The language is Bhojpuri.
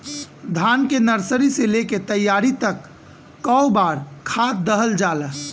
धान के नर्सरी से लेके तैयारी तक कौ बार खाद दहल जाला?